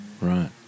Right